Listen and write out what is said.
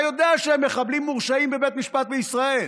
יודע שהם מחבלים מורשעים בבית משפט בישראל?